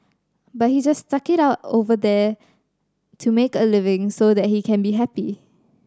but he just stuck it out over here to make a living so that he can be happy